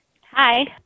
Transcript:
Hi